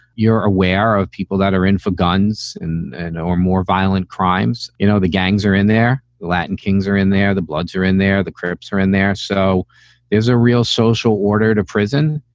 you're aware of people that are in for guns and or more violent crimes. you know, the gangs are in their latin kings are in they're the bloods are in. they're the crips are in there. so there's a real social order to prison.